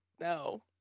No